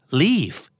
leave